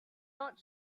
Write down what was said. not